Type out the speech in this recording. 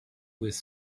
with